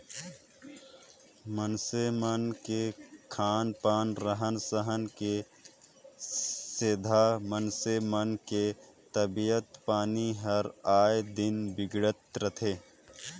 मइनसे मन के खान पान, रहन सहन के सेंधा मइनसे मन के तबियत पानी हर आय दिन बिगड़त रथे